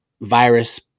virus